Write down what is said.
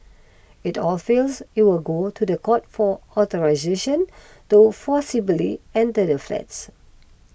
if all fails it will go to the court for authorisation to forcibly enter the flats